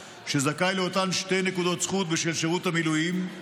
שזכאי לאותן שתי נקודות זכות בשל שירות המילואים את